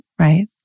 Right